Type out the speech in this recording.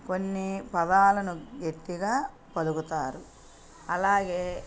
కొన్ని పదాలను గెట్టిగా పలుకుతారు అలాగే